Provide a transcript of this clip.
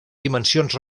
dimensions